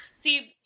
See